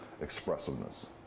expressiveness